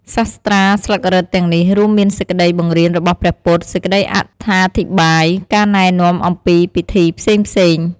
សាស្ត្រាស្លឹករឹតទាំងនេះ រួមមានសេចក្ដីបង្រៀនរបស់ព្រះពុទ្ធ សេចក្ដីអត្ថាធិប្បាយ ការណែនាំអំពីពិធីផ្សេងៗ។